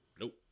Nope